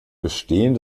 bestehen